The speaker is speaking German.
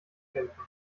kämpfen